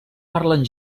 parlen